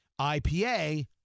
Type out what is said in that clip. IPA